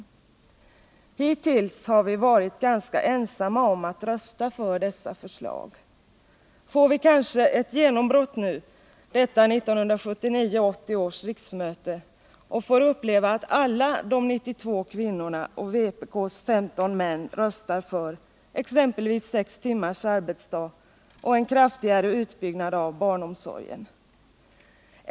Hittills har vi varit ganska ensamma om att rösta för dessa förslag. Får vi kanske ett genombrott nu, detta 1979/80 års riksmöte, och får uppleva att alla de 92 kvinnorna och vpk:s 15 män röstar för exempelvis sex timmars arbetsdag och en kraftigare utbyggnad av barnomsorgen?